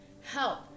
help